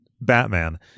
Batman